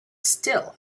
still